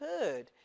heard